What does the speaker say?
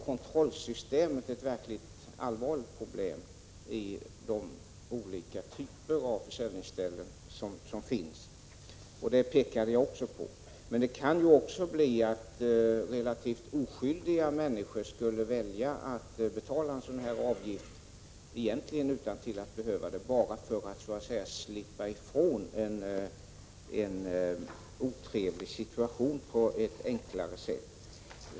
Kontrollsystemet är ett verkligt allvarligt problem på de olika försäljningsställena. Det påpekade jag också tidigare. Det kan även bli så att oskyldiga människor väljer att betala en avgift, utan att egentligen behöva det, bara för att slippa ifrån en otrevlig situation på ett enkelt sätt.